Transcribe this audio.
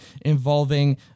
involving